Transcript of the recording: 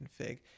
config